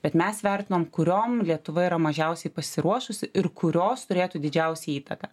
bet mes vertinom kuriom lietuva yra mažiausiai pasiruošusi ir kurios turėtų didžiausią įtaką